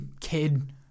kid